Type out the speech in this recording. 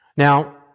Now